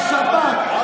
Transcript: לשב"כ,